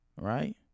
right